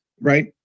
right